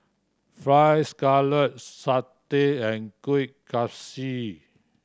Fried Scallop satay and Kuih Kaswi